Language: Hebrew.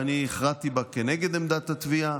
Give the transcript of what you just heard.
ואני הכרעתי בה כנגד עמדת התביעה.